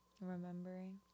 Remembering